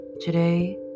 Today